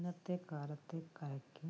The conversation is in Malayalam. ഇന്നത്തെ കാലത്തെ കലയ്ക്ക്